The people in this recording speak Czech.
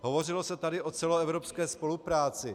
Hovořilo se tady o celoevropské spolupráci.